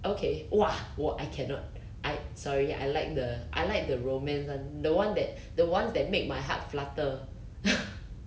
okay !wah! !wah! I cannot I sorry I like the I like the romance [one] the one that the ones that make my heart flutter